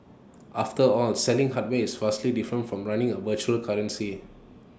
after all selling hardware is vastly different from running A virtual currency